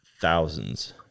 thousands